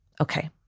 okay